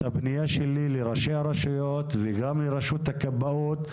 הפנייה שלי לראשי הרשויות וגם לרשות הכבאות.